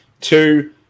Two